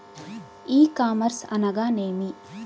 ఈ కామర్స్ అనగానేమి?